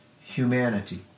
humanity